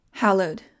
Hallowed